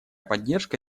поддержка